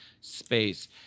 space